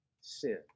sin